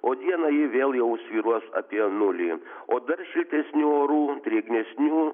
o dieną ji vėl jau svyruos apie nulį o dar šiltesnių orų drėgnesnių